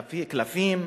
קלפים,